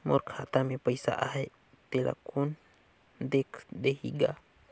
मोर खाता मे पइसा आहाय तेला कोन देख देही गा?